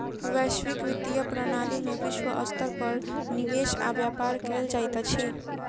वैश्विक वित्तीय प्रणाली में विश्व स्तर पर निवेश आ व्यापार कयल जाइत अछि